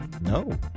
No